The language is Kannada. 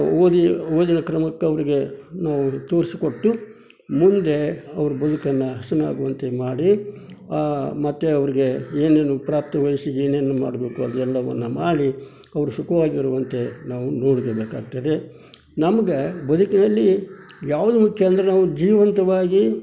ಓದಿ ಓದಿನ ಕ್ರಮಕ್ಕವರಿಗೆ ತೋರಿಸಿ ಕೊಟ್ಟು ಮುಂದೆ ಅವ್ರು ಬದುಕನ್ನು ಹಸನಾಗುವಂತೆ ಮಾಡಿ ಮತ್ತು ಅವರಿಗೆ ಏನೇನು ಪ್ರಾಪ್ತ ವಯಸ್ಸಿಗೆ ಏನೇನು ಮಾಡಬೇಕು ಅದೆಲ್ಲವನ್ನು ಮಾಡಿ ಅವರು ಸುಕವಾಗಿರುವಂತೆ ನಾವು ನೋಡ್ಕೋಬೇಕಾಗ್ತದೆ ನಮಗೆ ಬದುಕಿನಲ್ಲಿ ಯಾವುದು ಮುಖ್ಯ ಅಂದರೆ ನಾವು ಜೀವಂತವಾಗಿ